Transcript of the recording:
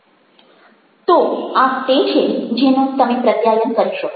તો આ તે છે જેનો તમે પ્રયત્ન કરી શકો